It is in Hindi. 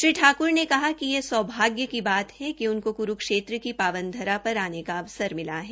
श्री ठाक्र ने कहा कि यह सौभाग्य की बात है उनकों क्रूक्षेत्र की पावन धरा पर आने का अवसर मिला है